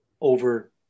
over